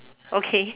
okay